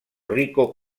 rico